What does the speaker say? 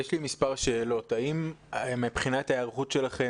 שני דברים רציתי.